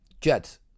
Jets